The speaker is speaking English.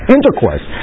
Intercourse